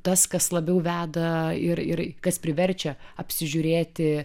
tas kas labiau veda ir ir kas priverčia apsižiūrėti